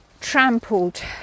trampled